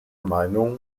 meinung